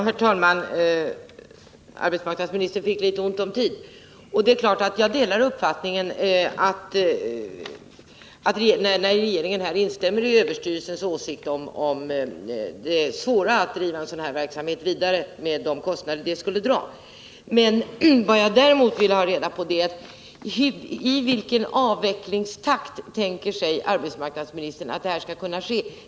Herr talman! Jag noterar att arbetsmarknadsministern fick litet ont om tid i sitt senaste inlägg. Det är klart att jag delar regeringens uppfattning när den instämmer i överstyrelsens åsikt om det svåra i att driva den här verksamheten vidare med de kostnader den skulle dra. Vad jag däremot ville ha reda på var: I vilken takt tänker sig arbetsmarknadsministern att en avveckling skulle kunna ske?